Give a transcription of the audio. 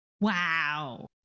Wow